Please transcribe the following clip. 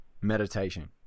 meditation